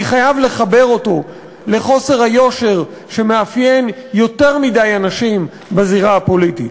אני חייב לחבר אותו לחוסר היושר שמאפיין יותר מדי אנשים בזירה הפוליטית.